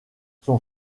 son